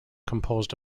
composed